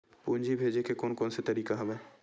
पूंजी भेजे के कोन कोन से तरीका हवय?